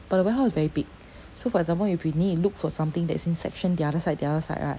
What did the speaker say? but the warehouse is very big so for example if you need to look for something that is in section the other side the other side right